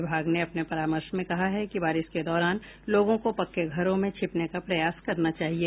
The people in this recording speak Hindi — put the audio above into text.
विभाग ने अपने परामर्श में कहा है कि बारिश के दौरान लोगों को पक्के घरों में छिपने का प्रयास करना चाहिए